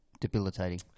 Debilitating